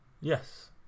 Yes